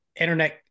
internet